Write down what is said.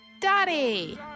Daddy